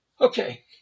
Okay